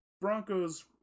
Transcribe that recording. Broncos